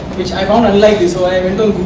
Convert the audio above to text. which i found unlikely. so i